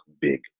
big